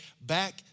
back